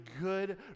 good